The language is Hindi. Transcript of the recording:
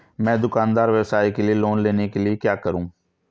मैं दुकान व्यवसाय के लिए लोंन लेने के लिए क्या करूं?